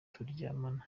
turyamana